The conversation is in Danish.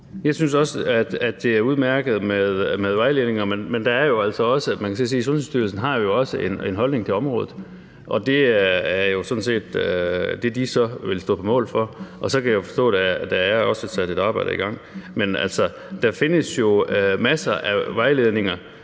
Jeg synes også, det er udmærket med vejledninger, men Sundhedsstyrelsen har jo også en holdning til området, og det er sådan set det, de vil stå på mål for. Og så kan jeg forstå, at der også er sat et arbejde i gang. Men altså, der findes jo masser af vejledninger